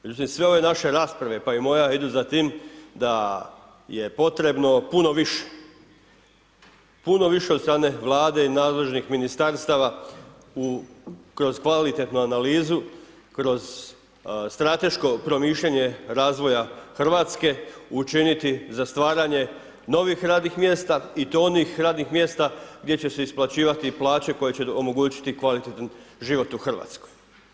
Međutim, sve ove naše rasprave, pa i moja, idu za tim da je potrebno puno više, puno više od strane Vlade i nadležnih Ministarstava kroz kvalitetnu analizu, kroz strateško promišljanje razvoja RH, učiniti za stvaranje novih radnih mjesta i to onih radnih mjesta gdje će se isplaćivati plaće koje će omogućiti kvalitetan život u RH.